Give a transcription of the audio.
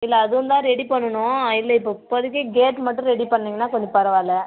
இல்லை அதுவும்தான் ரெடி பண்ணணும் இல்லை இப்போ இப்போதிக்கி கேட் மட்டும் ரெடி பண்ணீங்கன்னால் கொஞ்சம் பரவாயில்ல